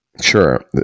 Sure